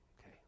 okay